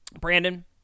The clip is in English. Brandon